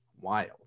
wild